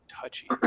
touchy